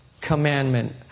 commandment